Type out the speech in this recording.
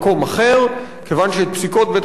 כיוון שאת פסיקות בית-המשפט צריך לבצע.